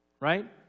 right